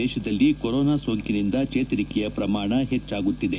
ದೇಶದಲ್ಲಿ ಕೊರೊನಾ ಸೋಂಕಿನಿಂದ ಚೇತರಿಕೆಯ ಪ್ರಮಾಣ ಹೆಚ್ಚಾಗುತ್ತಿದೆ